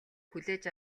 хүлээж